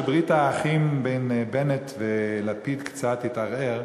כשברית האחים בין בנט ולפיד קצת התערערה,